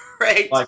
Right